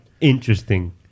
interesting